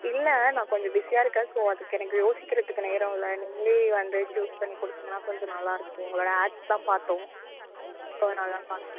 இல்லை நான் கொஞ்சம் பிஸியாக இருக்கேன் ஸோ அதுக்கு எனக்கு யோசிக்கிறதுக்கு நேரம் இல்லை நீங்களே வந்து சூஸ் பண்ணி கொடுத்தீங்கன்னா கொஞ்சம் நல்லாயிருக்கும் உங்களோட ஆட்ஸ்லாம் பார்த்தோம் ஸோ அதனால் தான் கால் பண்ணேன்